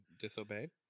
disobeyed